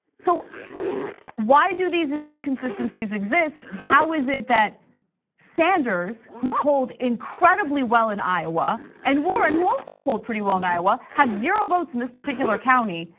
so why do these inconsistencies exist? how is it that sanders who pulled incredibly well in iowa, and warren who also pulled pretty well in iowa, have zero votes in this particular county?